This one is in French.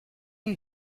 une